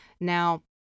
Now